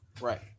Right